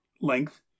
Length